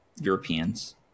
Europeans